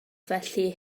felly